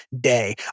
day